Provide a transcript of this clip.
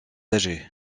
âgée